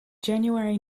january